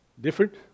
Different